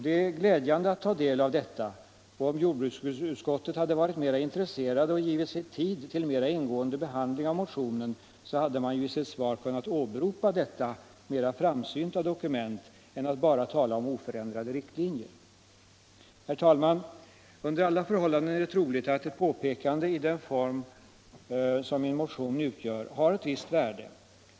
Det är glädjande att ta del av detta, och om jordbruksutskottet hade varit mera intresserat och givit sig tid till mera ingående behandling av motionen så hade man ju i sitt svar kunnat åberopa detta mera framsynta dokument hellre än att bara tala om oförändrade riktlinjer. Herr talman! Under alla förhållanden är det troligt att ett påpekande i den form som min motion utgör har ett visst värde.